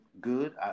good